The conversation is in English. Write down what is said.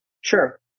Sure